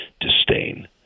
disdain